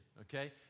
okay